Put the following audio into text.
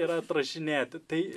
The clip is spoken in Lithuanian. ir atrašinėti tai